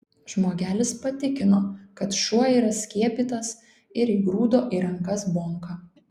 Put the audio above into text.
žmogelis patikino kad šuo yra skiepytas ir įgrūdo į rankas bonką